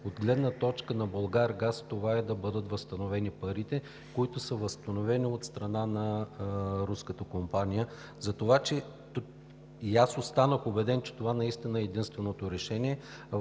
от гледна точка на Булгаргаз е да бъдат възстановени парите, които са възстановени от страна на руската компания. Затова останах убеден, че това наистина е единственото решение.